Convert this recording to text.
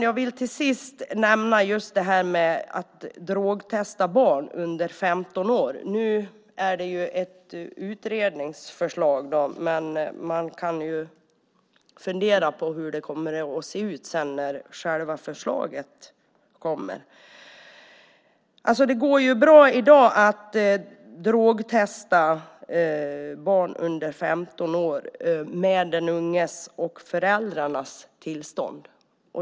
Jag vill till sist nämna frågan om att drogtesta barn under 15 år. Nu är det ett utredningsförslag. Men man kan fundera på hur det kommer att se ut när själva förslaget kommer. Det går i dag bra att drogtesta barn under 15 år med den unges och föräldrarnas tillstånd.